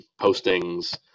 postings